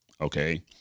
okay